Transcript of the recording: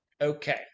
Okay